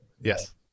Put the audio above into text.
yes